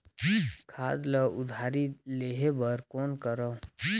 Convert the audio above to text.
खाद ल उधारी लेहे बर कौन करव?